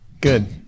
Good